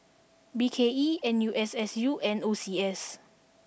B K E N U S S U and O C S